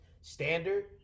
standard